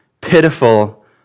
pitiful